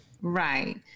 right